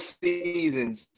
seasons